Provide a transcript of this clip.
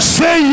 say